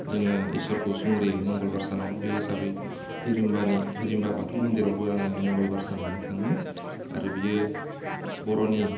जोङो इसोरखौ संग्रियो मंगलबार सानाव बे हिसाबै हिरिमबानि हिरिमबा बाथौ मन्दिरावबो आङो मंगलबार सानावनो थाङो आरो बियो बर'नि